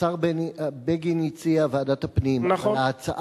השר בני בגין הציע ועדת הפנים, נכון.